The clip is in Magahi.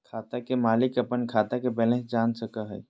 खाता के मालिक अपन खाता के बैलेंस जान सको हय